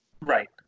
Right